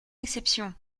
exception